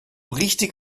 richtig